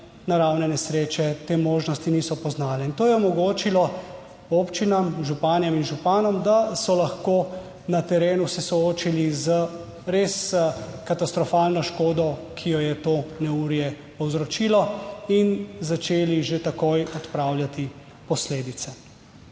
naravne nesreče te možnosti niso poznale. In to je omogočilo občinam, županjam in županom, da so lahko na terenu se soočili z res katastrofalno škodo, ki jo je to neurje 52. TRAK: (TB) - 14.15 (nadaljevanje) povzročilo in začeli že takoj odpravljati posledice.